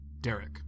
Derek